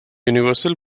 universal